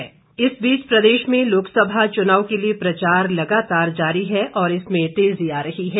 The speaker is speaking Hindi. चुनाव प्रचार इस बीच प्रदेश में लोकसभा चुनाव के लिए प्रचार लगातार जारी है और इसमें तेजी आ रही है